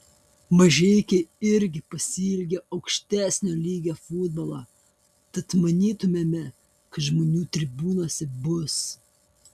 mažeikiai irgi pasiilgę aukštesnio lygio futbolo tad manytumėme kad žmonių tribūnose bus